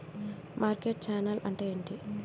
Market channel అంటే ఏంటి?